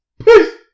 Peace